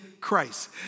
Christ